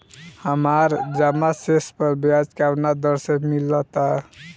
हमार जमा शेष पर ब्याज कवना दर से मिल ता?